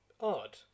odd